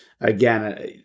again